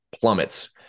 plummets